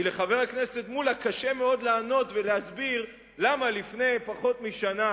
כי לחבר הכנסת מולה קשה מאוד לענות ולהסביר למה לפני פחות משנה,